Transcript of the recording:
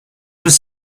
was